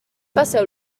passeu